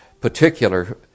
particular